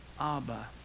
Abba